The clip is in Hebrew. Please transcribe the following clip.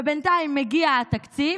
ובינתיים מגיע התקציב,